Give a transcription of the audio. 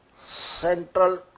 central